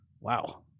wow